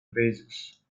basis